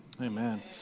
Amen